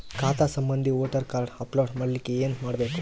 ಖಾತಾ ಸಂಬಂಧಿ voter card upload ಮಾಡಲಿಕ್ಕೆ ಏನ ಮಾಡಬೇಕು?